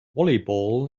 volleyball